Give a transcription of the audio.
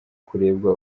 kurebwa